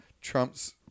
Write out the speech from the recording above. trump's